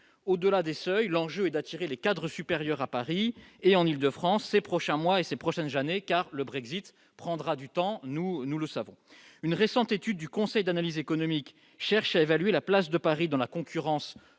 au-delà des seuils, l'enjeu est d'attirer les cadres supérieurs à Paris et en Île-de-France ces prochains mois et ces prochaines années car le Brexit prendra du temps, nous, nous le savons, une récente étude du Conseil d'analyse économique, cherche à évaluer la place de Paris dans la concurrence